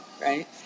right